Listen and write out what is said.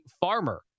farmer